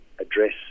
address